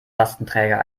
lastenträger